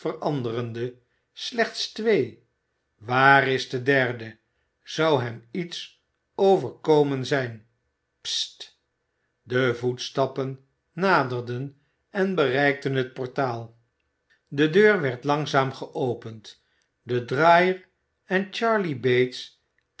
slechts twee waar is de derde zou hem iets overkomen zijn st de voetstappen naderden en bereikten het portaal de deur werd langzaam geopend de draaier en charley bates